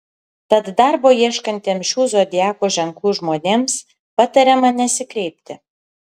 tad darbo ieškantiems šių zodiako ženklų žmonėms patariama nesikreipti